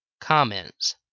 Comments